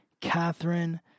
Catherine